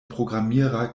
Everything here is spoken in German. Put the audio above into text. programmierer